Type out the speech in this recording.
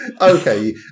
Okay